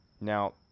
Now